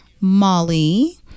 molly